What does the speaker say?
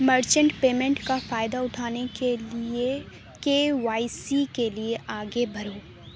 merchant payment کا فائدہ اٹھانے کے لیے کے وائی سی کے لیے آگے بھرو